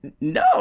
No